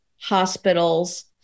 hospitals